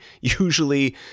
usually